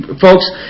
folks